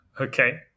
Okay